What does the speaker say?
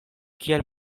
kiel